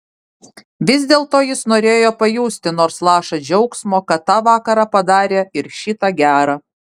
vis dėlto jis norėjo pajusti nors lašą džiaugsmo kad tą vakarą padarė ir šį tą gera